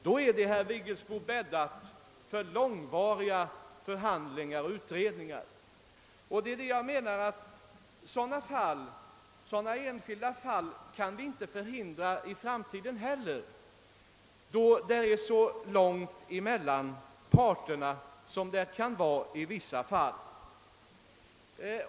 Då, herr Vigelsbo, är det bäddat för långvariga förhandlingar och utredningar, och enligt min mening kan vi inte förhindra sådana enskilda fall i framtiden heller, d.v.s. när parternas bud skiljer sig åt så mycket som de gör i vissa fall.